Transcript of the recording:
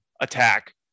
attack